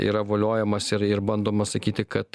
yra voliojamas ir ir bandoma sakyti kad